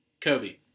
Kobe